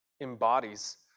embodies